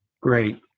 Great